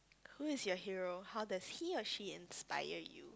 who is your hero how does he or she inspire you